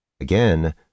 Again